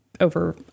over